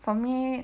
for me